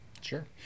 Sure